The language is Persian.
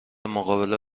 مقابله